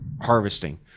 harvesting